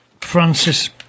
Francis